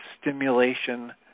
stimulation